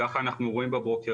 ככה אנחנו רואים בברוקראז',